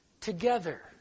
together